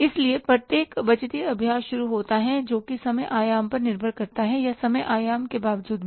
इसलिए प्रत्येक बजटीय अभ्यास शुरू होता है जोकि समय आयाम पर निर्भर करता है या समय आयाम के बावजूद भी